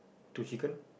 to chicken